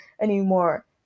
anymore